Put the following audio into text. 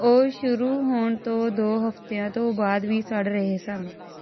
ਉਹ ਸ਼ੁਰੂ ਹੋਣ ਤੋਂ ਦੋ ਹਫ਼ਤਿਆਂ ਤੋਂ ਬਾਅਦ ਵੀ ਸੜ ਰਹੇ ਸਨ